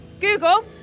Google